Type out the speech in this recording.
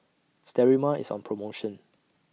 Sterimar IS on promotion